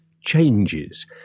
changes